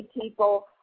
people